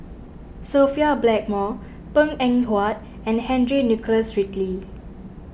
Sophia Blackmore Png Eng Huat and Henry Nicholas Ridley